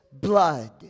blood